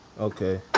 Okay